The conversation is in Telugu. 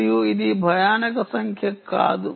మరియు ఇది భయానక సంఖ్య కాదు